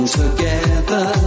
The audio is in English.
together